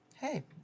Hey